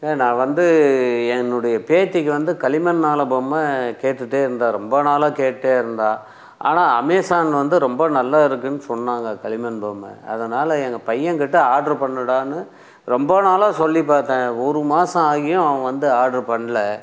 நான் வந்து என்னுடைய பேத்திக்கு வந்து களிமண்ணால் பொம்மை கேட்டுகிட்டே இருந்தாள் ரொம்ப நாளாக கேட்டே இருந்தாள் ஆனால் அமேசான் வந்து ரொம்ப நல்லா இருக்குதுனு சொன்னாங்க களிமண் பொம்மை அதனால் எங்கள் பையன் கிட்ட ஆர்டர் பண்ணுடானு ரொம்ப நாளாக சொல்லி பார்த்தேன் ஒரு மாதம் ஆகியும் அவன் வந்து ஆர்டர் பண்ணல